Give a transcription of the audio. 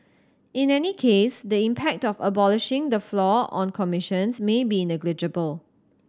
in any case the impact of abolishing the floor on commissions may be negligible